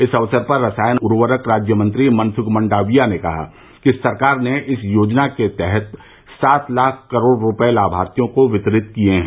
इस अवसर पर रसायन और उर्वरक राज्यमंत्री मनसुख मंडाविया ने कहा कि सरकार ने इस योजना के तहत सात लाख करोड़ रूपये लाभार्थियों को वितरित किये हैं